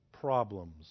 problems